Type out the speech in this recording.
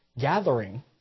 gathering